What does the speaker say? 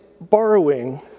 borrowing